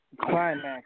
Climax